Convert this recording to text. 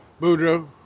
Boudreau